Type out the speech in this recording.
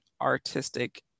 artistic